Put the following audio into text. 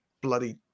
bloody